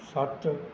ਸੱਤ